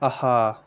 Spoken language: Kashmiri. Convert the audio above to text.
آہا